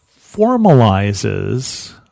formalizes